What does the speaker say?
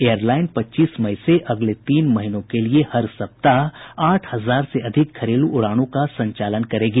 airline पच्चीस मई से अगले तीन महीनों के लिए हर सप्ताह आठ हजार से अधिक घरेलू उड़ानों का संचालन करेगी